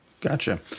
Gotcha